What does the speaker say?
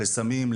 לסמים,